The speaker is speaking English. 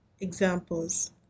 examples